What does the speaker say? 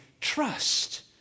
trust